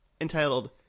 entitled